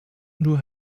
nur